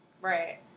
Right